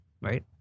right